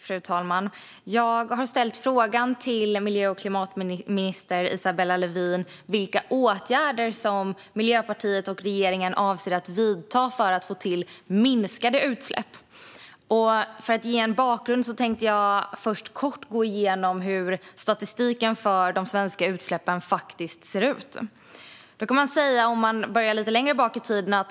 Fru talman! Jag har frågat miljö och klimatminister Isabella Lövin vilka åtgärder Miljöpartiet och regeringen avser att vidta för att få till minskade utsläpp. För att ge en bakgrund tänkte jag först kort gå igenom hur statistiken för de svenska utsläppen faktiskt ser ut. Jag börjar lite längre bak i tiden.